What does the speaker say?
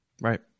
Right